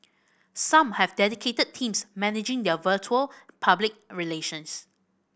some have dedicated teams managing their virtual public relations